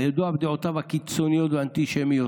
הידוע בדעותיו הקיצוניות והאנטישמיות,